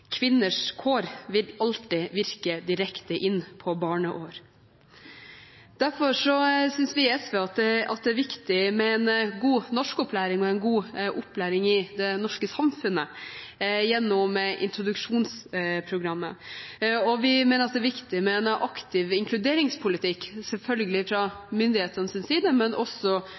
Kvinners kår vil alltid virke direkte inn på barneår. Derfor synes vi i SV at det er viktig med en god norskopplæring og en god opplæring i det norske samfunnet gjennom introduksjonsprogrammet, og vi mener at det er viktig med en aktiv inkluderingspolitikk, selvfølgelig